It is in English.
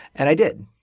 and i did.